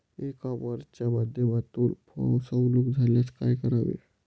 E कॉमर्सच्या माध्यमातून फसवणूक झाल्यास काय करावे?